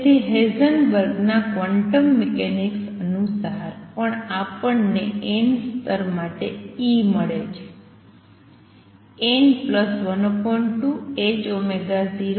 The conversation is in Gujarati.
તેથી હેઇસેનબર્ગના ક્વોન્ટમ મિકેનિક્સ અનુસાર પછી આપણને n સ્તર માટે E મળે છે n12 ℏ0